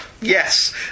yes